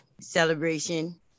celebration